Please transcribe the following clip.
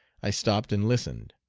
i stopped and listened.